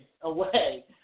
away